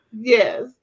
Yes